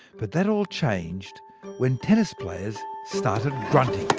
but that all changed when tennis players started grunting.